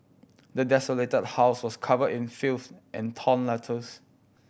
the desolated house was covered in filth and torn letters